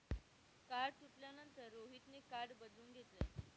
card तुटल्यानंतर रोहितने card बदलून घेतले